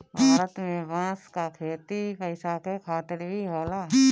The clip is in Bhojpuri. भारत में बांस क खेती पैसा के खातिर भी होला